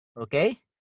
Okay